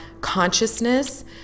consciousness